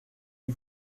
eût